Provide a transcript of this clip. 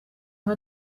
aho